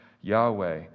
Yahweh